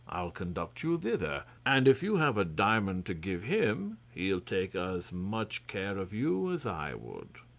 i'll conduct you thither, and if you have a diamond to give him he'll take as much care of you as i would.